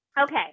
Okay